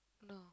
no